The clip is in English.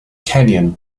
kenyon